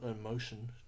emotion